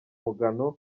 mugano